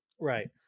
right